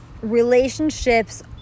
relationships